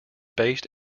based